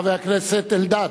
חבר הכנסת אלדד.